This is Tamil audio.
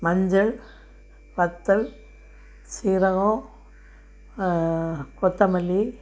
மஞ்சள் வத்தல் சீரகம் கொத்தமல்லி